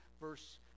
verse